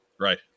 Right